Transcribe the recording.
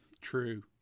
true